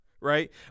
Right